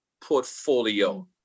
portfolio